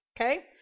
Okay